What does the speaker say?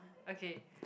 okay